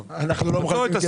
כבר 10